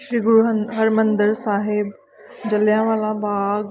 Shri Guru Har Harmandir Sahib Jallianwala Bagh